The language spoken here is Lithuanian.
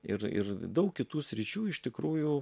ir ir daug kitų sričių iš tikrųjų